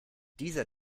dieser